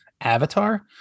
Avatar